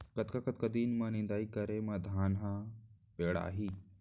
कतका कतका दिन म निदाई करे म धान ह पेड़ाही?